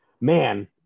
man